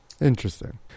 Interesting